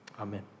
Amen